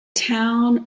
town